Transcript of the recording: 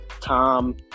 Tom